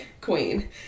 queen